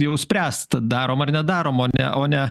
jau spręst darom ar nedarom o ne